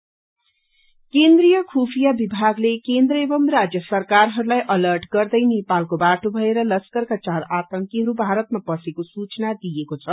terrorist केन्द्रीय खुफिया विभागले केन्द्र एवम राज्य सरकारहरूलाई अर्लट गर्दै नेपालको बाटो भएर लश्करका चार आतंकिहरू भारतमा पसेको सूचना दिएको छ